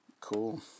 Cool